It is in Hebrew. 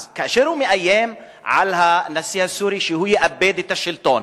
אז כאשר הוא מאיים על הנשיא הסורי שהוא יאבד את השלטון,